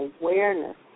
awareness